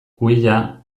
kuia